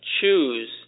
choose